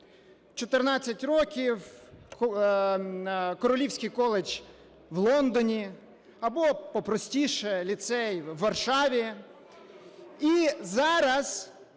14 років, Королівський коледж в Лондоні, або по-простіше, ліцей в Варшаві. І зараз…